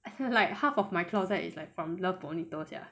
I feel like half of my closet is like from Love Bonito sia